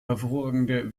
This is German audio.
hervorragende